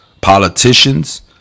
politicians